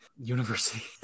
university